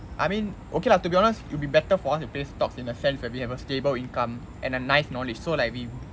I mean okay lah to be honest it will be better for us to play stocks in a sense where we have a stable income and a nice knowledge so like we